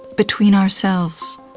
between ourselves,